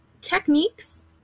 techniques